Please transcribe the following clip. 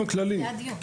זה הדיון.